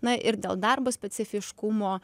na ir dėl darbo specifiškumo